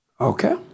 Okay